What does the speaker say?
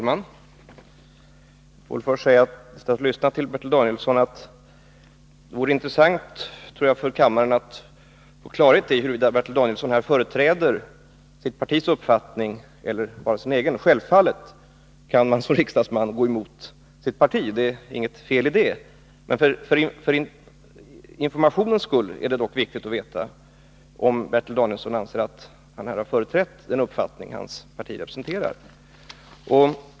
Fru talman! Efter att ha lyssnat till Bertil Danielsson vill jag först säga att jag tror det vore intressant för kammaren att få klarhet i huruvida Bertil Danielsson här företräder sitt partis uppfattning eller bara sin egen. Självfallet kan man som riksdagsman gå emot sitt parti — det är inget fel i det. För informationens skull vore det dock viktigt att få veta om Bertil Danielsson anser att han här företrätt den uppfattning hans parti representerar.